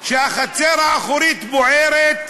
כשהחצר האחורית בוערת,